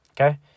Okay